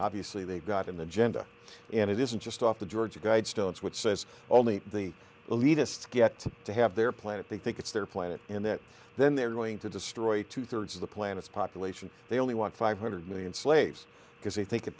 obviously they've got in the genda and it isn't just off the georgia guidestones which says only the elitists get to have their planet they think it's their planet and that then they're going to destroy two thirds of the planet's population they only want five hundred million slaves because they think it